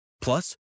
Plus